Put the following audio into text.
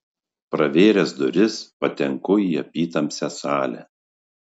pravėręs duris patenku į apytamsę salę